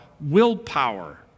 willpower